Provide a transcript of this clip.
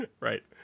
right